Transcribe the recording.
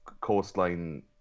coastline